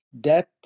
depth